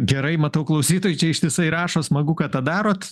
gerai matau klausytojai čia ištisai rašo smagu kad tą darot